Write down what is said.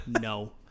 no